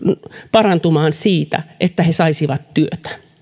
parantumaan siitä että he saisivat työtä